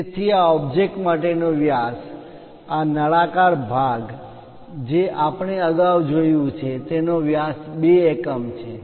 તેથી આ ઓબ્જેક્ટ માટે નો વ્યાસ આ નળાકાર ભાગ જે આપણે અગાઉ જોયું છે તેનો વ્યાસ 2 એકમ છે